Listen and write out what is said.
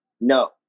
No